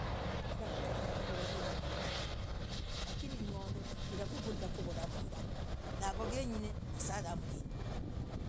Hirakukonya kugula hvinduu hvyo dahvee. lakini lindoo hirakugulahku. Vulamm mbaaah niogogenginee.